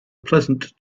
pleasant